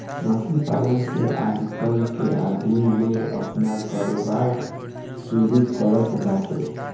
मछली पालन से आजकल के आदमी लोग आपन कारोबार शुरू करत बाड़े